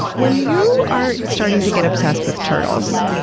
when you are starting to get obsessed with turtles,